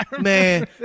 Man